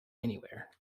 anywhere